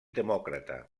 demòcrata